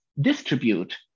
distribute